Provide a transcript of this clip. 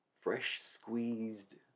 fresh-squeezed